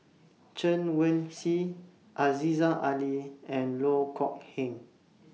Chen Wen Hsi Aziza Ali and Loh Kok Heng